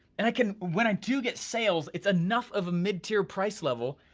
and i can, when i do get sales its enough of a mid-tier price level,